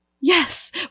yes